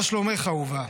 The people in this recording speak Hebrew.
" מה שלומך אהובה?